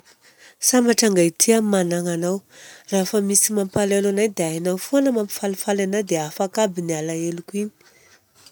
Sambatra angaity aho managna anao raha fa misy mampalahelo anahy dia hainao fogna mampifalifaly anahy dia afaka aby ny alaheloko igny.